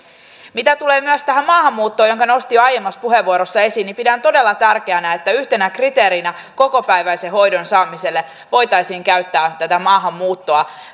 mitä tulee myös tähän maahanmuuttoon jonka nostin jo aiemmassa puheenvuorossa esiin niin pidän todella tärkeänä että yhtenä kriteerinä kokopäiväisen hoidon saamiselle voitaisiin käyttää tätä maahanmuuttoa